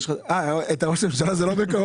הצבעה הרביזיה לא התקבלה.